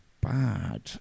bad